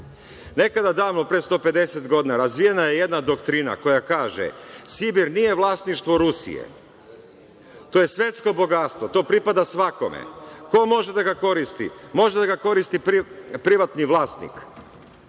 Nekada davno, pre 150 godina, razvijena je jedna doktrina koja kaže – Sibir nije vlasništvo Rusije, to je svetsko bogatstvo, to pripada svakome. Ko može da ga koristi? Može da ga koristi privatni vlasnik. Ovo